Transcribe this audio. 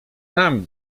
nami